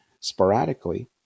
sporadically